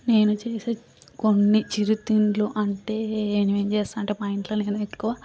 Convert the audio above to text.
నేను చేసే కొన్ని చిరుతిండ్లు అంటే నేను ఏం చేస్తానంటే మా ఇంట్లో నేను ఎక్కువ